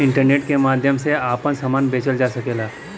internet के माध्यम से आपन सामान बेचल जा सकला